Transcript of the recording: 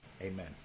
Amen